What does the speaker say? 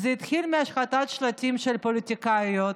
זה התחיל מהשחתת שלטים של פוליטיקאיות.